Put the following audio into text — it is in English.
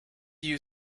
you